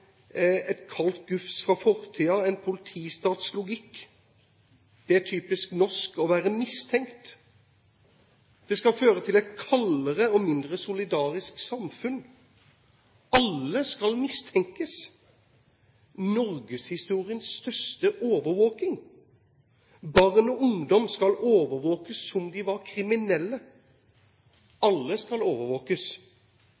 et kaldt gufs fra fortiden, en politistats logikk, det er typisk norsk å være mistenkt, det skal føre til et kaldere og mindre solidarisk samfunn, alle skal mistenkes, norgeshistoriens største overvåking, barn og ungdom skal overvåkes som om de var kriminelle,